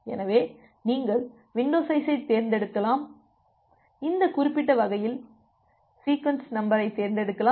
எனவே நீங்கள் வின்டோ சைஸை தேர்ந்தெடுக்கலாம் இந்த குறிப்பிட்ட வகையில் சீக்வென்ஸ் நம்பரைத் தேர்ந்தெடுக்கலாம்